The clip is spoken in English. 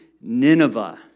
Nineveh